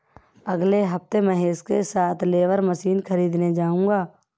अगले हफ्ते महेश के साथ बेलर मशीन खरीदने जाऊंगा